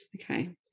Okay